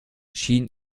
schien